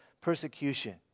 persecution